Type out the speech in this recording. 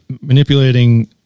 manipulating